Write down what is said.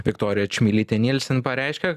viktorija čmilytė nielsen pareiškė